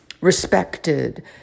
respected